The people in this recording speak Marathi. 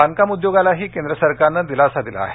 बांधकाम उद्योगालाही केंद्र सरकारने दिलासा दिला आहे